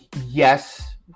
Yes